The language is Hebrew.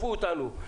אותנו.